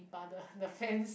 mother the fence